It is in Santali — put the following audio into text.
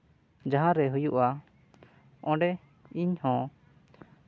ᱡᱟᱦᱟᱸ ᱨᱮ ᱦᱩᱭᱩᱜᱼᱟ ᱚᱸᱰᱮ ᱤᱧ ᱦᱚᱸ